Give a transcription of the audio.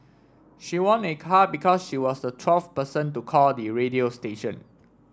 she won a car because she was the twelfth person to call the radio station